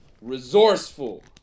Resourceful